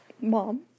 Mom